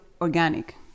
organic